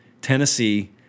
Tennessee